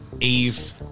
Eve